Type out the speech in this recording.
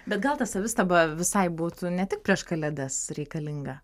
bet gal ta savistaba visai būtų ne tik prieš kalėdas reikalinga